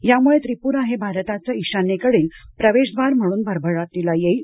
यामुळे त्रिपुरा हे भारताचं ईशान्येकडील प्रवेशद्वार म्हणून भरभराटीस येईल